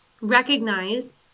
recognize